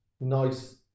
Nice